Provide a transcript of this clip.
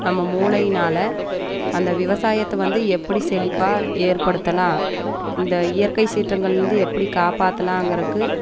நம்ம மூளையினால் அந்த விவசாயத்தை வந்து எப்படி செழிப்பாக ஏற்படுத்தலாம் இந்த இயற்கை சீற்றங்கலேந்து எப்படி காப்பாற்றலாங்கறக்கு